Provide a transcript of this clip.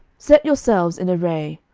set yourselves in array.